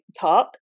talk